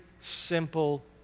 simple